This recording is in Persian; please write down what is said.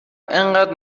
اینقدر